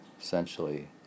essentially